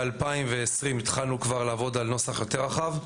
ב-2020 התחלנו לעבוד על נוסח יותר רחב.